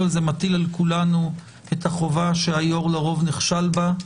אבל זה מטיל על כולנו את החובה שהיו"ר לרוב נכשל בה,